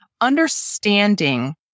understanding